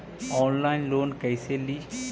Online loan कैसे ली?